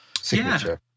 signature